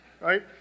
right